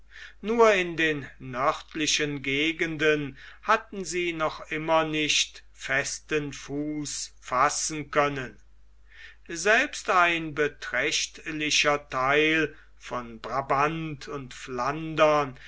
nur in den nördlichen gegenden hatten sie noch immer nicht festen fuß fassen können selbst ein beträchtlicher theil von brabant und flandern